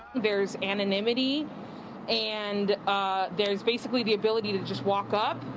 there's anonymity and there's basically the ability to just walk up.